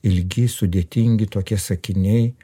ilgi sudėtingi tokie sakiniai